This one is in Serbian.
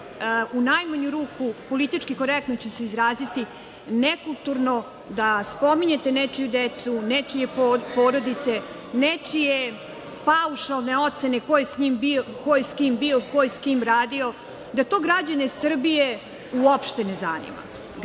u najmanju ruku, politički korektno ću se izraziti, nekulturno da spominjete nečiju decu, nečije porodice, nečije paušalne ocene ko je sa kim bio, ko je sa kim radio, da to građane Srbije uopšte ne zanima. Građane